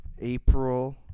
April